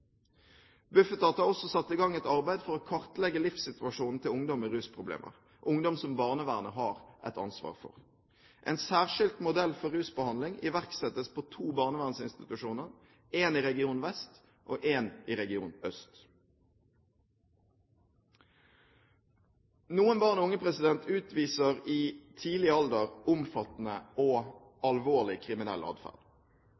har også satt i gang et arbeid for å kartlegge livssituasjonen til ungdom med rusproblemer – ungdom som barnevernet har et ansvar for. En særskilt modell for rusbehandling iverksettes på to barnevernsinstitusjoner, en i region Vest og en i region Øst. Noen barn og unge utviser i tidlig alder omfattende og